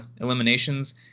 eliminations